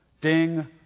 Ding